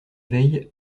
veille